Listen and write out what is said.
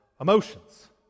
emotions